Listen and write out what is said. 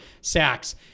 sacks